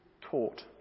taught